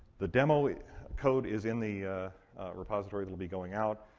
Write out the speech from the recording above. the demo code is in the repository. it'll be going out.